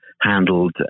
handled